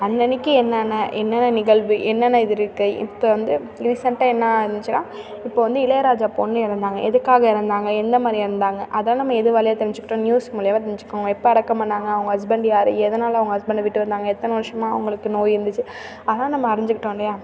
அன்னன்றைக்கி என்னென்ன என்னென்ன நிகழ்வு என்னென்ன இது இருக்குது இப்போ வந்து ரீசெண்டாக என்ன நடந்துச்சுன்னால் இப்போ வந்து இளையராஜா பொண்ணு இறந்தாங்க எதுக்காக இறந்தாங்க எந்த மாதிரி இறந்தாங்க அதெலாம் நம்ம எது வழியா தெரிஞ்சுக்கிட்டோம் நியூஸ் மூலிமா தெரிஞ்சுக்கிறோம் எப்போ அடக்கம் பண்ணிணாங்க அவங்க ஹஸ்பண்ட் யார் எதனால் அவங்க ஹஸ்பண்டை விட்டு வந்தாங்க எத்தனை வருஷமாக அவர்களுக்கு நோய் இருந்துச்சு அதெலாம் நம்ம அறிஞ்சுக்கிட்டோம் இல்லையா